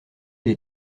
elle